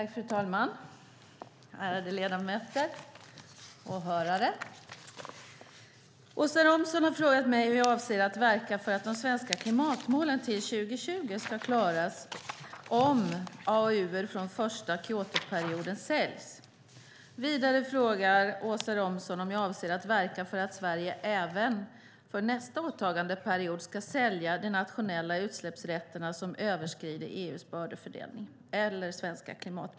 Fru talman! Ärade ledamöter och åhörare! Åsa Romson har frågat mig hur jag avser att verka för att de svenska klimatmålen till 2020 ska klaras om AAU:er från första Kyotoperioden säljs. Vidare frågar Åsa Romson om jag avser att verka för att Sverige även för nästa åtagandeperiod ska sälja de nationella utsläppsrätterna som överskrider EU:s bördefördelning, eller svenska klimatmål.